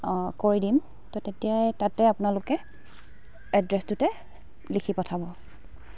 অ' কৰি দিম ত' তেতিয়াই তাতে আপোনালোকে এড্ৰেছটোতে লিখি পঠাব